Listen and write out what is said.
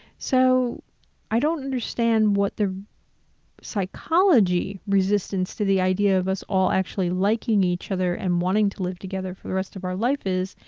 so i don't understand what the psychology resistance to the idea of us all actually liking each other and wanting to live together for the rest of our life is,